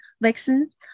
vaccines